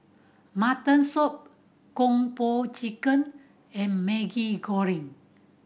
mutton soup Kung Po Chicken and Maggi Goreng